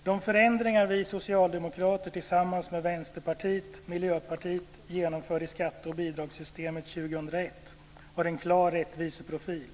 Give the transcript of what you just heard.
De förändringar vi socialdemokrater genomför tillsammans med Vänsterpartiet och Miljöpartiet i skatte och bidragssystemet år 2001 har en klar rättviseprofil.